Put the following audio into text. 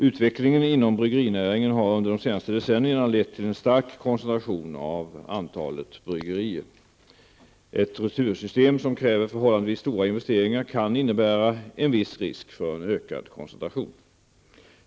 Utvecklingen inom bryggerinäringen har under de senaste decennierna lett till en stark koncentration av antalet bryggerier. Ett retursystem som kräver förhållandevis stora investeringar kan innebära en viss risk för en ökad koncentration.